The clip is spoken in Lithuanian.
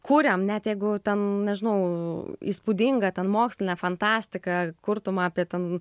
kuriam net jeigu ten nežinau įspūdingą ten mokslinę fantastiką kurtum apie ten